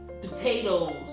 potatoes